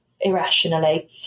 irrationally